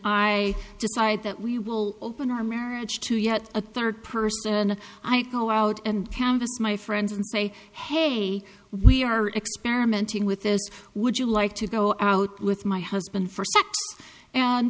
i decide that we will open our marriage to yet a third person and i go out and canvass my friends and say hey we are experimenting with this would you like to go out with my husband for sex and